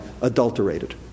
adulterated